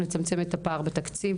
לצמצם את הפער בתקציב